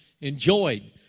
enjoyed